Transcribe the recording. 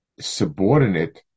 subordinate